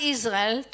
Israel